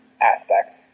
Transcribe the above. aspects